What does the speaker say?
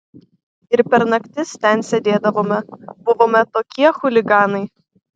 ir per naktis ten sėdėdavome buvome tokie chuliganai